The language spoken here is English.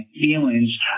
feelings